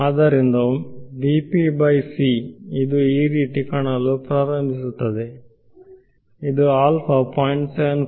ಆದ್ದರಿಂದ ಇದು ಈ ರೀತಿ ಕಾಣಲು ಪ್ರಾರಂಭಿಸುತ್ತದೆ ಇದು ಆಲ್ಫಾ 0